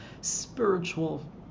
spiritual